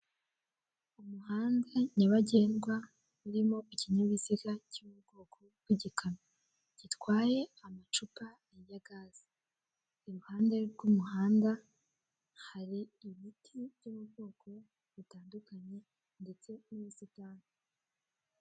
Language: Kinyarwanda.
Inama yahuje abantu batandukanye, imbere hahagaze umugabo uri kuvuga ijambo ufite igikoresho ndangururamajwi mu ntoki, inyuma ye hari icyapa cyerekana ingingo nyamukuru y'iyo nama n'icyo igamije.